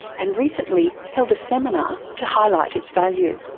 and recently held a seminar to highlight its value.